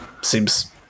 seems